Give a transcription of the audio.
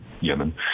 Yemen